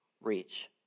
reach